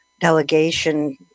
delegation